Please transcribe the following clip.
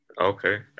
Okay